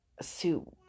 soup